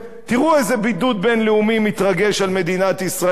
תראו איזה בידוד בין-לאומי מתרגש על מדינת ישראל.